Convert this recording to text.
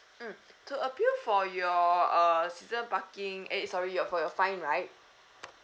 mm to appeal for your err season parking eh sorry your for your fine right